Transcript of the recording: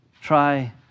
try